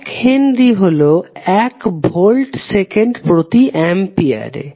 এক হেনরি হলো এক ভোল্ট সেকেন্ড প্রতি অ্যাম্পিয়ারে